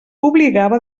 obligava